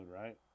right